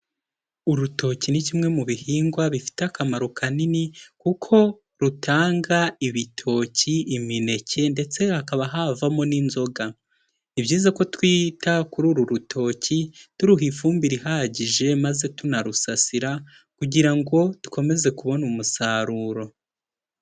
Urutoki ni kimwe mu bihingwa bifite akamaro kanini kuko rutanga ibitoki, imineke ndetse hakaba havamo n'inzoga, ni byiza ko twita kuri uru rutoki turuha ifumbire ihagije maze tunarusasira kugira ngo dukomeze kubona umusaruro.